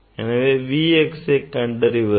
எனவே நாம் Vxஐ எவ்வாறு கண்டறிவது